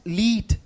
lead